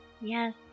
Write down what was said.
Yes